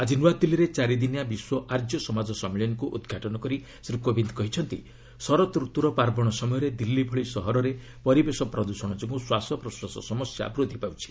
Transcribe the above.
ଆଜି ନୂଆଦିଲ୍ଲୀରେ ଚାରି ଦିନିଆ ବିଶ୍ୱ ଆର୍ଯ୍ୟସମାଜ ସମ୍ମିଳନୀକୁ ଉଦ୍ଘାଟନ କରି ଶ୍ରୀ କୋବିନ୍ଦ୍ କହିଛନ୍ତି ଶରତ୍ ରତୁର ପାର୍ବଣ ସମୟରେ ଦିଲ୍ଲୀ ଭଳି ସହରରେ ପରିବେଶ ପ୍ରଦୃଷଣ ଯୋଗୁଁ ଶ୍ୱାସ ପ୍ରଶ୍ୱାସ ସମସ୍ୟା ବୃଦ୍ଧି ପାଉଛି